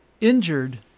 injured